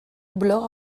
bloga